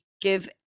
give